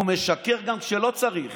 הוא משקר גם כשלא צריך.